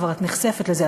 את כבר נחשפת לזה,